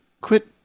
quit